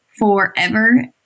forever